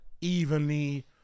evenly